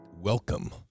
welcome